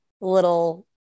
little